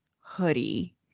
hoodie